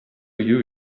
you